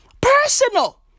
personal